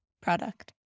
product